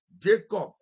Jacob